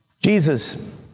Jesus